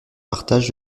partage